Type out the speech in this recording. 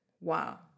Wow